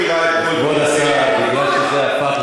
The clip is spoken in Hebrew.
את לא מכירה את כל פרטי, כבוד השר,